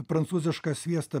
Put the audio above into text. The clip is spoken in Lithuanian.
prancūzišką sviestą